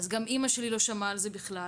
אז גם אימא שלי לא שמעה על זה בכלל,